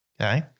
Okay